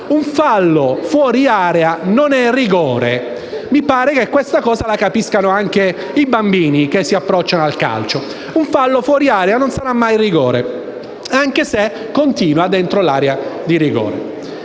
un fallo fuori area non è rigore. Mi pare che questa cosa la capiscano anche i bambini che si approcciano al calcio. Un fallo fuori area non sarà mai rigore, anche se continua dentro l'area di rigore.